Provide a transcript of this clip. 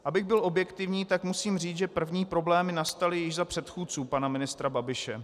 Abych byl objektivní, tak musím říct, že první problémy nastaly již za předchůdců pana ministra Babiše.